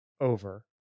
over